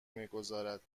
میگذارد